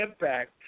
impact